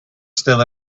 still